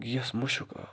gas مُشُک آو